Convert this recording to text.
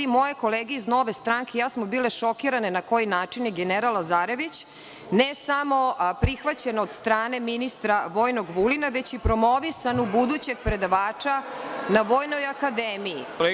Moje kolege iz Nove stranke i ja smo bili šokirani na koji način je general Lazarević, ne samo prihvaćen od strane ministra vojnog, Vulina, već i promovisan u budućeg predavača na Vojnoj akademiji.